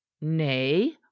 nay